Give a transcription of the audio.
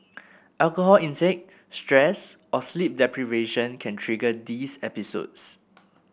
alcohol intake stress or sleep deprivation can trigger these episodes